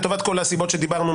לטובת כל הסיבות שדיברנו,